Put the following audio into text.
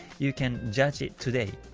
you can judge it today,